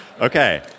Okay